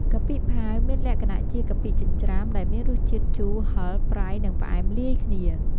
កាពិផាវ មានលក្ខណៈជាកាពិចិញ្ច្រាំដែលមានរសជាតិជូរ ហឹរ ប្រៃ និងផ្អែមលាយគ្នា។